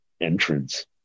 entrance